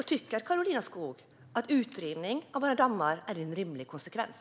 Tycker Karolina Skog att utrivning av våra dammar är en rimlig konsekvens?